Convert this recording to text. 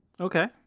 Okay